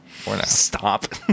Stop